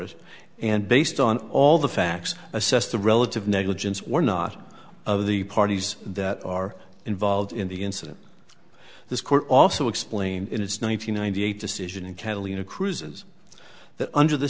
it and based on all the facts assess the relative negligence or not of the parties that are involved in the incident this court also explained in its nine hundred ninety eight decision in catalina cruises that under the